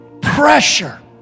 pressure